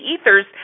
ethers